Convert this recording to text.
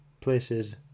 places